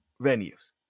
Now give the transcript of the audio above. venues